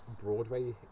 Broadway